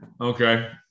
Okay